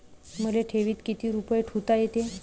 मले ठेवीत किती रुपये ठुता येते?